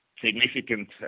significant